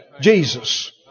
Jesus